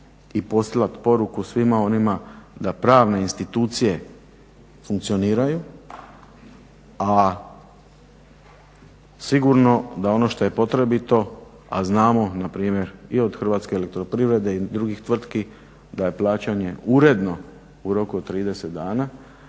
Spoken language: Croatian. i poslati poruku svima onima da pravne institucije funkcioniraju, a sigurno da ono što je potrebito a znamo npr. i od HEP-a i od drugih tvrtki da je plaćanje uredno u roku od 30 dana